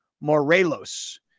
Morelos